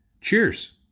Cheers